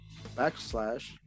backslash